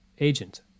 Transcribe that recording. agent